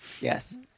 Yes